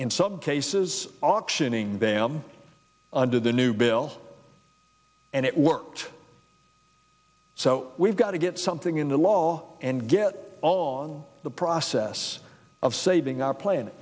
in some cases optioning them under the new bill and it worked so we've got to get something into law and get on the process of saving our plan